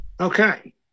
Okay